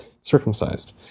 circumcised